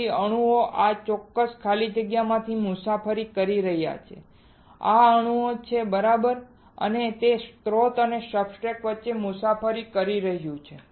તેથી અણુઓ આ ચોક્કસ ખાલી જગ્યામાંથી મુસાફરી કરી રહ્યા છે આ અણુ છે બરાબર અને તે સ્રોત અને સબસ્ટ્રેટ વચ્ચે મુસાફરી કરી રહ્યું છે